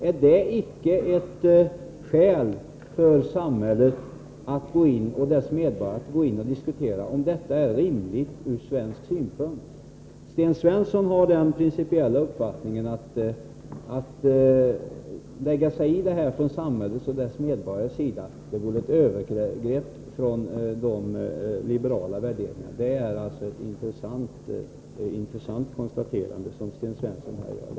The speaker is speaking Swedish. Är det icke ett skäl för samhället och dess medborgare att gå in och diskutera om detta är rimligt ur svensk synvinkel? Sten Svensson har den principiella uppfattningen, att om man skulle lägga sig i detta från samhällets och dess medborgares sida, så vore det ett övergrepp, sett utifrån liberala värderingar. Det är ett intressant konstaterande som Sten Svensson här gör.